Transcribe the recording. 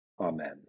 amen